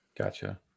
Gotcha